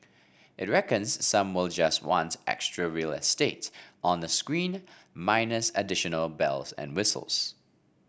it reckons some will just want extra real estate on a screen minus additional bells and whistles